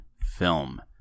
film